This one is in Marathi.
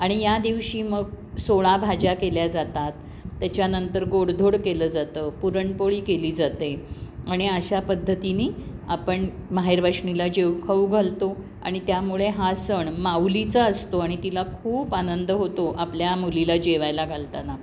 आणि या दिवशी मग सोळा भाज्या केल्या जातात त्याच्यानंतर गोडधोड केलं जातं पुरणपोळी केली जाते आणि अशा पद्धतीने आपण माहेरवाशिणीला जेवू खाऊ घालतो आणि त्यामुळे हा सण माऊलीचा असतो आणि तिला खूप आनंद होतो आपल्या मुलीला जेवायला घालताना